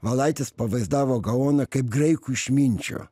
valaitis pavaizdavo gaoną kaip graikų išminčių